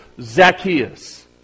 Zacchaeus